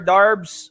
Darbs